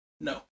no